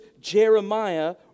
Jeremiah